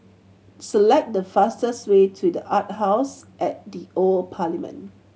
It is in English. select the fastest way to The Arts House at the Old Parliament